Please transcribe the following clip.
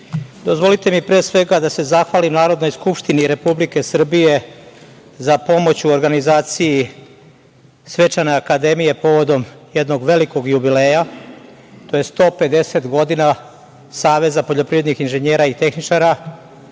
mi, pre svega, da se zahvalim Narodnoj skupštini Republike Srbije za pomoć u organizaciji Svečane akademije povodom jednog velikog jubileja. To je 150 godina Saveza poljoprivrednih inženjera i tehničara,